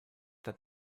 that